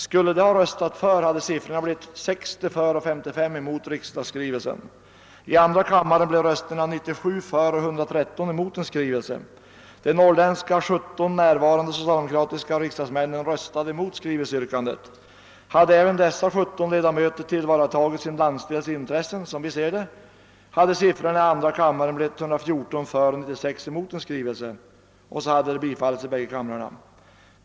Hade de däremot röstat för hade siffrorna blivit 60 för och 55 emot riksdagsskrivelsen. I andra kammaren blev det 97 röster för och 113 emot en skrivelse. De 17 närvarande norrländska socialdemokratiska riksdagsmännen röstade emot skrivelseyrkandet, men hade även dessa 17 1edamöter tillvaratagit vad vi anser vara landsdelens intressen hade siffrorna i andra kammaren blivit 114 för och 96 emot en skrivelse. Därmed hade det blivit bifall i båda kamrarna.